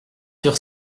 sur